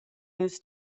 news